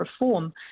reform